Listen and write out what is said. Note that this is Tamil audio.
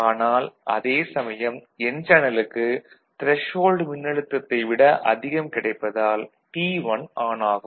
ஆனால் அதே சமயம் என் சேனல் க்கு த்ரெஷ்ஹோல்டு மின்னழுத்தத்தைவிட அதிகம் கிடைப்பதால் T1 ஆன் ஆகும்